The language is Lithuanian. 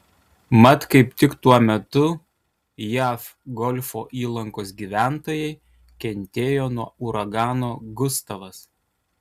mat kaip tik tuo metu jav golfo įlankos gyventojai kentėjo nuo uragano gustavas